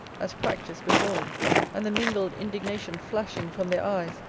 as practised before me and the mingled indignation flashing from their eyes,